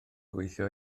gweithio